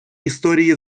історії